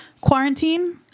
Quarantine